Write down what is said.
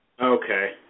Okay